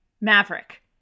Maverick